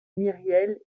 myriel